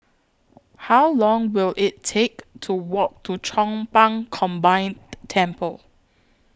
How Long Will IT Take to Walk to Chong Pang Combined Temple